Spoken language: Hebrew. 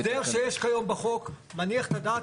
ההסדר שיש כיום בחוק מניח את הדעת,